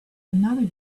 another